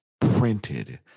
printed